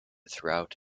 throughout